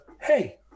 hey